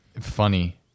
funny